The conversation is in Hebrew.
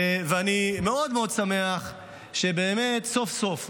ואני מאוד מאוד שמח שבאמת סוף-סוף,